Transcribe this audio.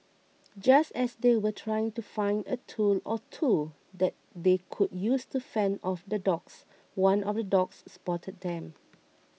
just as they were trying to find a tool or two that they could use to fend off the dogs one of the dogs spotted them